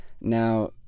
Now